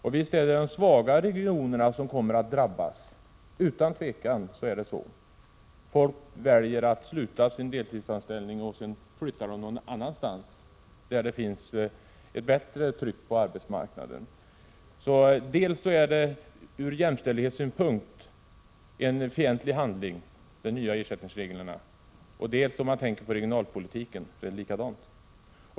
Och visst är det de svagare regionerna som kommer att drabbas — utan tvivel är det så. Folk väljer att sluta sin deltidsanställning, och sedan flyttar de någon annanstans där det finns ett bättre tryck på arbetsmarknaden. De nya ersättningsreglerna är alltså en fientlig handling dels ur jämställdhetssynpunkt, dels med tanke på regionalpolitiken.